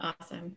Awesome